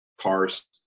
cars